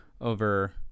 over